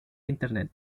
internet